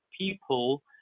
people